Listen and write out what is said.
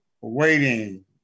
Waiting